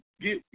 get